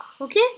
okay